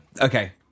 Okay